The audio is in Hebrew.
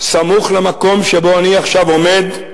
סמוך למקום שבו אני עכשיו עומד,